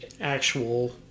actual